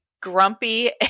grumpy